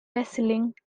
wrestling